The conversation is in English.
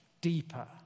deeper